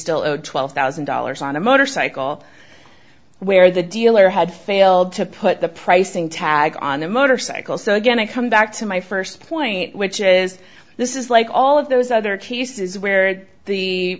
still owed twelve thousand dollars on a motorcycle where the dealer had failed to put the pricing tag on a motorcycle so again i come back to my first point which is this is like all of those other cases where the